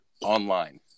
online